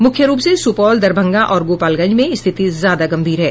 मुख्य रूप से सुपौल दरभंगा और गोपालगंज में स्थिति ज्यादा गंभीर है